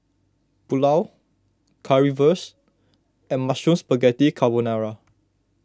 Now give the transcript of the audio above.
Pulao Currywurst and Mushroom Spaghetti Carbonara